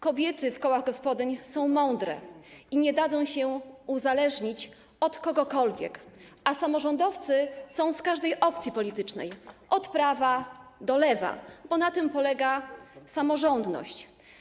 Kobiety w kołach gospodyń są mądre i nie dadzą się uzależnić od kogokolwiek, a samorządowcy są z każdej opcji politycznej, od prawej strony do lewej, bo na tym polega samorządność.